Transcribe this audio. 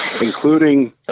including